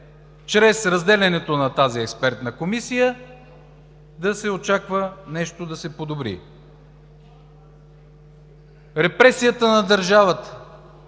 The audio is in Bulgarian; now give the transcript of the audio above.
чрез разделянето на тази експертна комисия да се очаква нещо да се подобри. Репресията на държавата